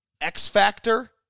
X-Factor